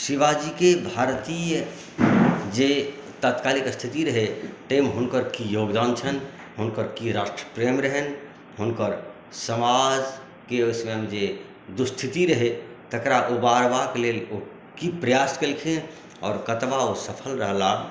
शिवाजीके भारतीय जे तात्कालिक स्थिति रहै ताहिमे हुनकर की योगदान छनि हुनकर की राष्ट्र प्रेम रहनि हुनकर समाजके ओहि समय जे दुःस्थिति रहै तेकरा उबारबाके लेल ओ की प्रयास केलखिन आओर कतबा ओ सफल रहलाह